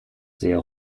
sehr